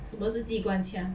是不是机关枪